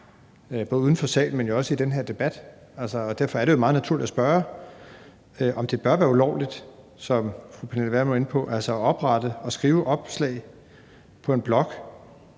både uden for salen, men jo også i den her debat. Derfor er det jo meget naturligt at spørge, om det bør være ulovligt, som fru Pernille Vermund var inde på, at oprette og skrive opslag på en blog,